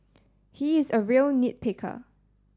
he is a real nit picker